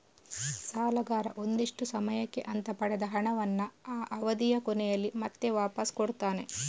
ಸಾಲಗಾರ ಒಂದಿಷ್ಟು ಸಮಯಕ್ಕೆ ಅಂತ ಪಡೆದ ಹಣವನ್ನ ಆ ಅವಧಿಯ ಕೊನೆಯಲ್ಲಿ ಮತ್ತೆ ವಾಪಾಸ್ ಕೊಡ್ತಾನೆ